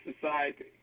society